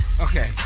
Okay